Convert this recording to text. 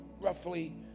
roughly